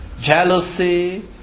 jealousy